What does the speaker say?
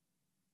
וגם למיקי לוי.